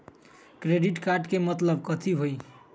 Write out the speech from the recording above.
Credit card के मतलब कथी होई?